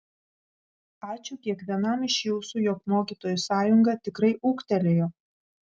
ačiū kiekvienam iš jūsų jog mokytojų sąjunga tikrai ūgtelėjo